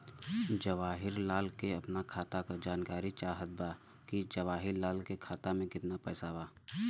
जवाहिर लाल के अपना खाता का जानकारी चाहत बा की जवाहिर लाल के खाता में कितना पैसा बा?